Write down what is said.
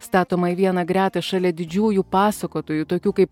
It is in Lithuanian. statoma į vieną gretą šalia didžiųjų pasakotojų tokių kaip